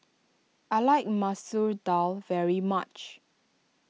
I like Masoor Dal very much